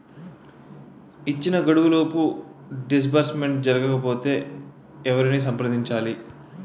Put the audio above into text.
ఇచ్చిన గడువులోపు డిస్బర్స్మెంట్ జరగకపోతే ఎవరిని సంప్రదించాలి?